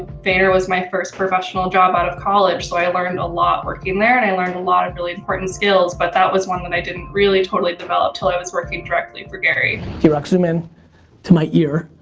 vayner was my first professional job out of college. so i learned a lot working there and i learned a lot of really important skills, but that was one that i didn't really totally develop until i was working directly for gary. um zoom in to my ear.